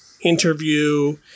interview